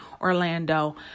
Orlando